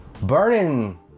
burning